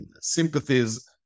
sympathies